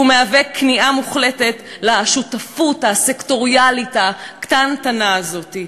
והוא מהווה כניעה מוחלטת לשותפות הסקטוריאלית הקטנטנה הזאת.